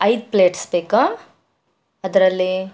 ಐದು ಪ್ಲೇಟ್ಸ್ ಬೇಕು ಅದರಲ್ಲಿ